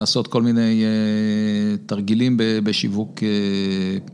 לעשות כל מיני תרגילים בשיווק.